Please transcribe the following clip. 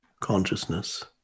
consciousness